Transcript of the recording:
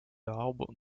album